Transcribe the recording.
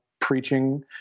preaching